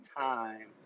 time